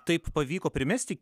taip pavyko primesti